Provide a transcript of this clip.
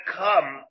come